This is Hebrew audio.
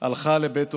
הלכה לבית עולמים.